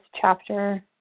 chapter